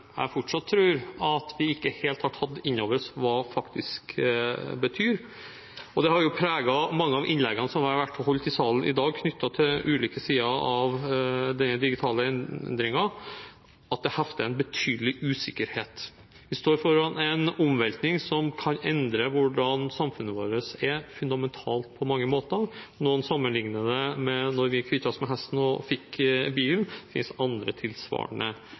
har vært holdt i salen i dag knyttet til ulike sider av de digitale endringer, at det hefter en betydelig usikkerhet her. Vi står foran en omveltning som på mange måter fundamentalt kan endre hvordan samfunnet vårt er – noen sammenligner det med da vi kvittet oss med hesten og fikk bilen. Det finnes andre, tilsvarende